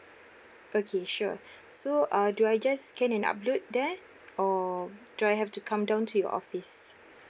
okay sure so uh do I just scan and upload there or do I have to come down to your office